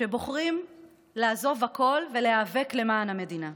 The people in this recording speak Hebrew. שבוחרים לעזוב הכול ולהיאבק למען המדינה.